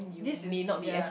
this is ya